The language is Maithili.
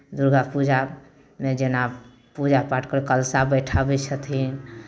दुर्गा पूजामे जेना पूजा पाठ कऽ कलशा बैठाबै छथिन